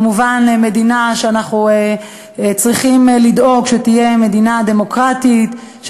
כמובן מדינה שאנחנו צריכים לדאוג שתהיה מדינה דמוקרטית,